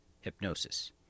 hypnosis